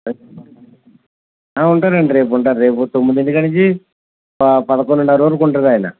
ఉంటాను అండి రేపు ఉంటారు రేపు తొమ్మిదింటికి నుంచి పదకొండున్నర వరకు ఉంటారు ఆయన